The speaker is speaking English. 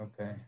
okay